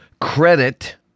credit